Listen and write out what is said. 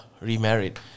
remarried